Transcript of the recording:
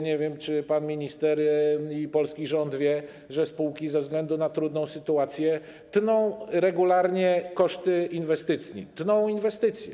Nie wiem, czy pan minister i polski rząd wiedzą, że spółki ze względu na trudną sytuację tną regularnie koszty inwestycji, tną inwestycje.